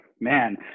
man